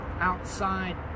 outside